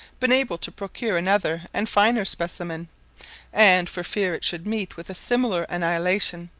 been able to procure another and finer specimen and, for fear it should meet with a similar annihilation,